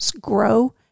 grow